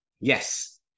yes